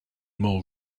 more